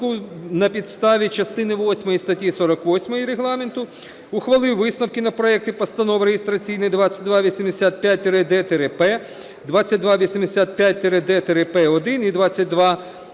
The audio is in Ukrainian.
на підставі частини восьмої статті 48 Регламенту ухвалив висновки на проекти постанов (реєстраційні номери 2285-д-п, 2285-д-п-1 і